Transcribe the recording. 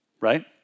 right